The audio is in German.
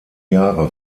jahre